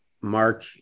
Mark